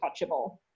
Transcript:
touchable